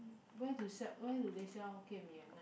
where do sell where do they sell hokkien mee at night